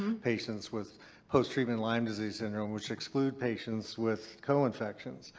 um patients with post-treatment lyme disease syndrome which exclude patients with co-infections.